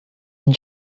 and